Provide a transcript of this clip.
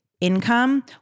income